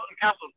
Castle